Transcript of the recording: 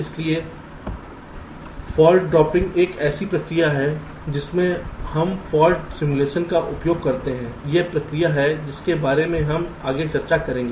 इसलिए fault dropping एक ऐसी प्रक्रिया है जिसमें हम फॉल्ट सिमुलेशन का उपयोग करते हैं एक प्रक्रिया है जिसके बारे में हम आगे चर्चा करेंगे